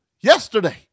yesterday